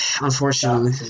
unfortunately